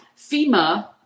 FEMA